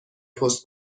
پست